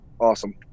awesome